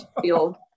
feel